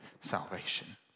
salvation